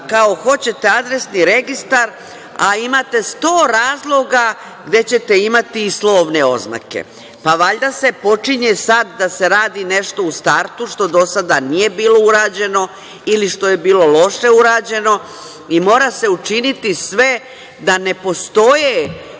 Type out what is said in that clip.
kao hoćete adresni registar, a imate 100 razloga gde ćete imati i slovne oznake? Pa valjda se počinje sad da se radi nešto u startu što do sada nije bilo urađeno ili što je bilo loše urađeno. Mora se učiniti sve da ne postoje